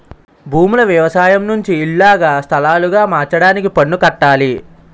భూములు వ్యవసాయం నుంచి ఇల్లుగా స్థలాలుగా మార్చడానికి పన్ను కట్టాలి